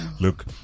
Look